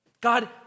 God